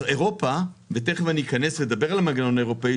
אירופה ותיכף אדבר על המנגנון האירופאי,